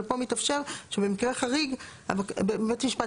אבל פה מתאפשר שבמקרה חריג בית משפט